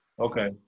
Okay